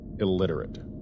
illiterate